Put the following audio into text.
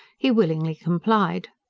he willingly complied.